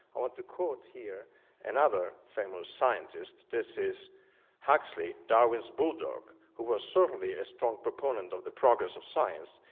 i want to quote here another famous scientist, this is huxley, darwin's bulldog, who was certainly a strong proponent of the progress of science.